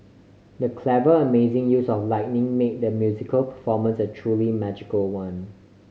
the clever amazing use of lighting made the musical performance a truly magical one